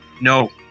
No